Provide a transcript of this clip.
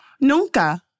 nunca